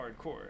hardcore